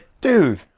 dude